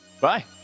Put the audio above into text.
bye